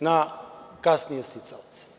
na kasnije sticaoce.